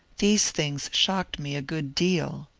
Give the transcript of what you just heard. these things shocked me a good deal.